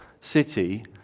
city